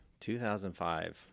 2005